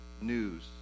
news